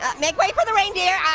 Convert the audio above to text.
ah make way for the reindeer.